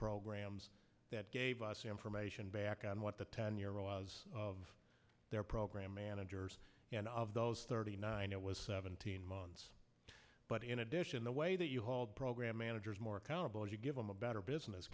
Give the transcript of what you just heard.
programs that gave us the information back on what the tenure was of their program managers and of those thirty nine it was seventeen months but in addition the way that you hold program managers more accountable if you give them a better business